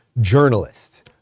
journalists